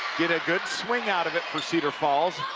get a good swing out of it for cedar falls